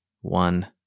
one